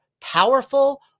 powerful